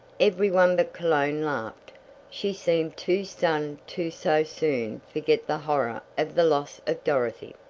every one but cologne laughed she seemed too stunned to so soon forget the horror of the loss of dorothy.